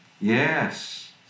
Yes